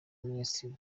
minisitiri